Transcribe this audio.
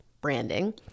branding